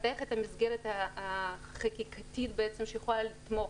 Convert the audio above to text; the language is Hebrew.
לפתח את המסגרת החקיקתית שיכולה לתמוך,